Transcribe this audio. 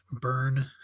burn